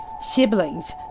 Siblings